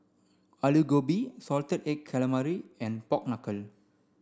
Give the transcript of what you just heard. Aloo Gobi salted egg calamari and pork knuckle